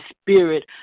spirit